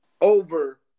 over